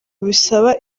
bisaba